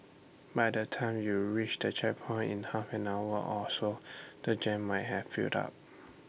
by the time you reach the checkpoint in half an hour or so the jam might have built up